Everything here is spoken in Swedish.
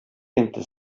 inte